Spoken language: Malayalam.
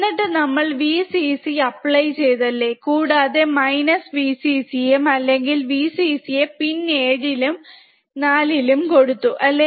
എന്നിട്ട് നമ്മൾ Vcc അപ്ലൈ ചെയ്തല്ലേ കൂടാതെ മൈനസ് Vcc യെ അല്ലെങ്കിൽ Vcc യെ പിൻ 7 ഇലും 4 ഇലും കൊടുത്തു അല്ലെ